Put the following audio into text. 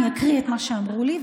אני אקריא את מה שאמרו לי,